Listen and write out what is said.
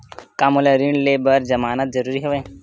का मोला ऋण ले बर जमानत जरूरी हवय?